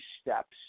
steps